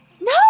No